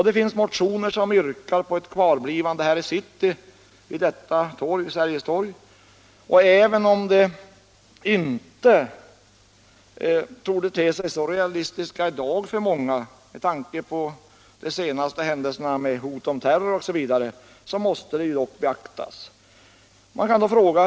Det finns också motioner där det yrkas på ett kvarblivande här i City vid Sergels torg, och även om de för många inte torde te sig så realistiska i dag med tanke på senaste händelserna med hot om terror osv. måste de beaktas.